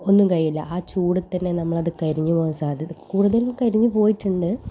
ഒന്നും കഴിയില്ല ആ ചൂടിൽ തന്നെ നമ്മൾ അത് കരിഞ്ഞ് പോകാൻ സാധ്യത കൂടുതലും കരിഞ്ഞ് പോയിട്ടുണ്ട്